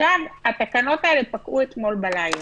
עכשיו, התקנות האלה פקעו אתמול בלילה.